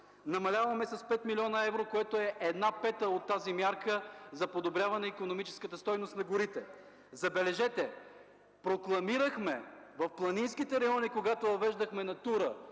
Намаляваме с 5 милиона евро, което е 1/5 от тази мярка за подобряване икономическата стойност на горите. Забележете, прокламирахме в планинските райони, когато въвеждахме Натура